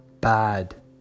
bad